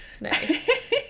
Nice